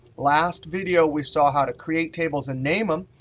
last video, we saw how to create tables a name them.